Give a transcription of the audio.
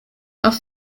auf